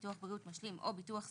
ביטוח בריאות משלים או ביטוח סיעודי,